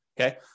Okay